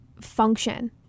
function